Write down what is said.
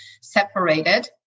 separated